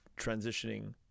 transitioning